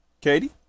Katie